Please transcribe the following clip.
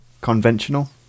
Conventional